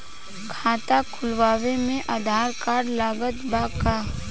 खाता खुलावे म आधार कार्ड लागत बा का?